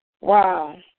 Wow